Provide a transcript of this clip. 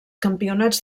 campionats